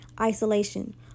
isolation